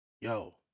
yo